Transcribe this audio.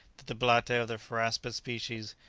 that the blattae of the phoraspous species,